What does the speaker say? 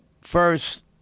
first